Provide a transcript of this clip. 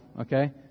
okay